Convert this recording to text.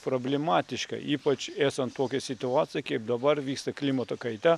problematiška ypač esant tokiai situacijai kaip dabar vyksta klimato kaita